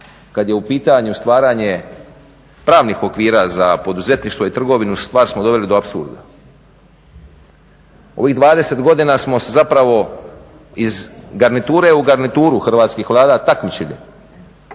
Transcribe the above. kada je u pitanju stvaranje pravnih okvira za poduzetništvo i trgovinu, stvar smo doveli do apsurda. Ovih 20 godina smo se zapravo iz garniture u garnituru Hrvatskih Vlada takmičili,